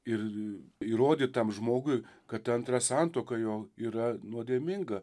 ir įrodyt tam žmogui kad antrą santuoką jau yra nuodėminga